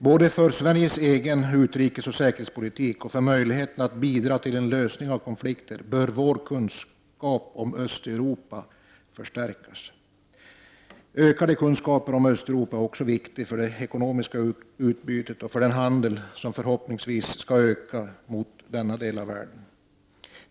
Både för Sveriges egen utrikesoch säkerhetspolitik och för möjligheterna att bidra till lösning av konflikter bör vår kunskap om Östeuropa förstärkas. Ökade kunskaper om Östeuropa är viktiga också för det ekonomiska utbytet och för handeln, som förhoppningsvis skall öka, med denna del av världen.